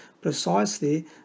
precisely